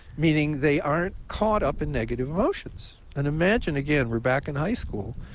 meaning they aren't caught up in negative emotions. and imagine, again, we're back in high school.